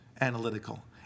Analytical